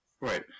Right